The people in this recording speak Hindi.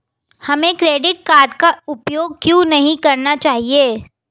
हमें क्रेडिट कार्ड का उपयोग क्यों नहीं करना चाहिए?